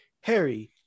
Harry